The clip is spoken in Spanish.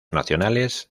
nacionales